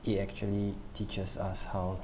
it actually teaches us how